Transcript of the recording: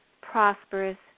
prosperous